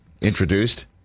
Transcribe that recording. Introduced